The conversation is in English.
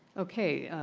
okay.